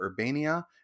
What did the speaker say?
Urbania